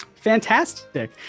Fantastic